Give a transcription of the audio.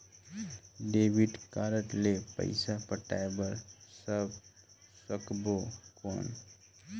Debit card ले पइसा पटाय बार सकबो कौन?